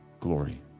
glory